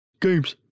games